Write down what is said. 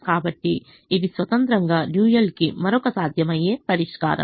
కాబట్టి ఇది స్వతంత్రంగా డ్యూయల్ కి మరొక సాధ్యమయ్యే పరిష్కారం